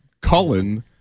Cullen